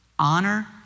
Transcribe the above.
Honor